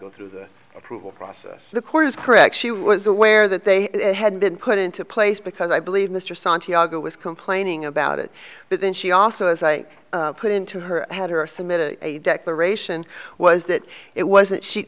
go through the approval process the court is correct she was aware that they had been put into place because i believe mr santiago was complaining about it but then she also as i put into her had her submitted a declaration was that it was that she